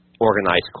organized